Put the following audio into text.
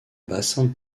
bassin